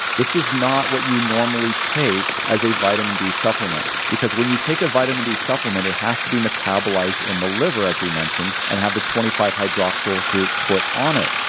this is not what you normally take as a vitamin d supplement, because when you take a vitamin d supplement, it has to be metabolized metabolized in the liver as we mentioned and have the twenty five hydroxyl group put on it.